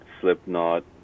Slipknot